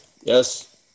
yes